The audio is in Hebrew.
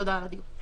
תודה על הדיון.